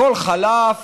הכול חלף